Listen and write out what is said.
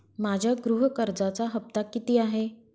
माझ्या गृह कर्जाचा हफ्ता किती आहे?